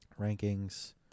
Rankings